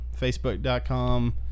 Facebook.com